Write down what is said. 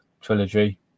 trilogy